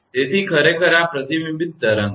તેથી તે ખરેખર આ પ્રતિબિંબિત તરંગ છે